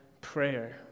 prayer